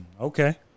okay